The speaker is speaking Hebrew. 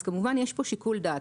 כמובן שיש כאן שיקול דעת.